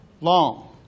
long